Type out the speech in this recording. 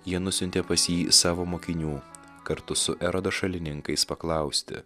jie nusiuntė pas jį savo mokinių kartu su erodo šalininkais paklausti